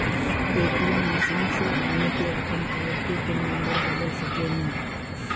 ATM machine से हमनी के आपन कार्ड के पिन नम्बर बदल सके नी